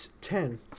Ten